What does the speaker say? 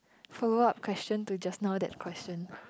follow up question to just now that question